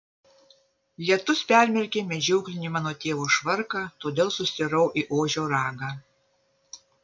lietus permerkė medžioklinį mano tėvo švarką todėl sustirau į ožio ragą